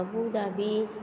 अबू दाबी